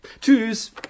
Tschüss